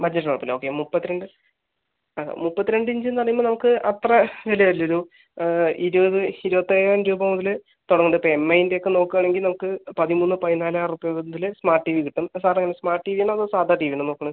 budget കുഴപ്പം ഇല്ല okay മുപ്പത്തിരണ്ട് ആ മുപ്പത്തിരണ്ട് ഇഞ്ച് എന്ന് പറയുമ്പോൾ നമുക്ക് അത്ര ഇതെ വരുന്നുളളൂ ഇരുപത് ഇരുപത്തയ്യായിരം രൂപ മുതല് തുടങ്ങുന്നുണ്ട് ഇപ്പോൾ എംഐൻ്റ ഒക്കെ നോക്കുകയാണെങ്കിൽ നമുക്ക് പതിമൂന്ന് പതിനാലായിരം ഉർപ്യ മുതല് സ്മാർട്ട് ടി വി കിട്ടും ഇപ്പോൾ സാറ് സ്മാർട്ട് ടി വി ആണോ അതോ സാധാ ടി വി ആണോ നോക്കണ